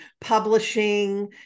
publishing